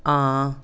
हां